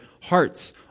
hearts